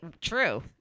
True